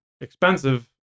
expensive